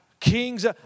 Kings